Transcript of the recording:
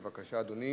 בבקשה, אדוני.